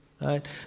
Right